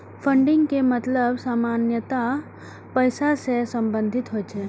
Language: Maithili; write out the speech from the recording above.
फंडिंग के मतलब सामान्यतः पैसा सं संबंधित होइ छै